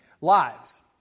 lives